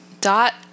Dot